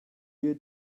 you